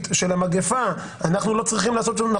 של המגפה אנחנו לא צריכים לעשות שום דבר?